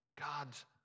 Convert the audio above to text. God's